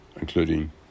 including